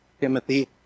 Timothy